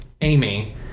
Amy